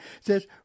says